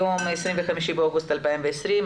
היום ה-25 באוגוסט 2020,